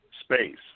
space